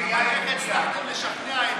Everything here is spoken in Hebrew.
איך הצלחתם לשכנע את